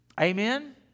Amen